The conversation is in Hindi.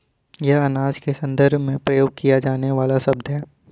यह अनाज के संदर्भ में प्रयोग किया जाने वाला शब्द है